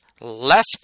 less